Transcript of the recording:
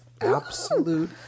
absolute